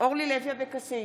אורלי לוי אבקסיס,